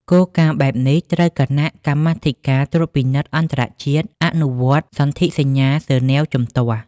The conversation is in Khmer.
គោលការណ៍បែបនេះត្រូវគណៈកម្មាធិការត្រួតពិនិត្យអន្តរជាតិអនុវត្តសន្ធិសញ្ញាហ្សឺណែវជំទាស់។